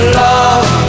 love